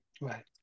right